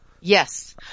Yes